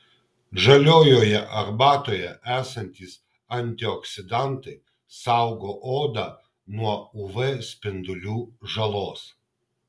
žaliojoje arbatoje esantys antioksidantai saugo odą nuo uv spindulių žalos